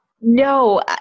No